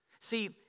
See